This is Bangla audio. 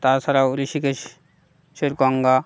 তাছাড়াও ঋষিকেশের গঙ্গা